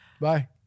Bye